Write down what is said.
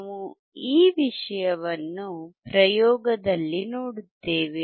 ನಾವು ಈ ವಿಷಯವನ್ನು ಪ್ರಯೋಗದಲ್ಲಿ ನೋಡುತ್ತೇವೆ